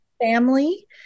family